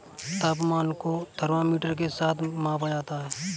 तापमान को थर्मामीटर के साथ मापा जाता है